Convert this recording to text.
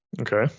Okay